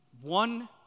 one